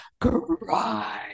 cry